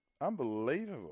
Unbelievable